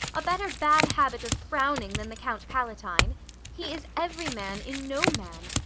a better bad habit of frowning than the count palatine he is every man in no man.